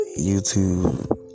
YouTube